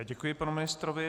Děkuji panu ministrovi.